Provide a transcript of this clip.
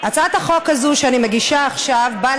הצעת החוק הזו שאני מגישה עכשיו באה